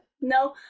no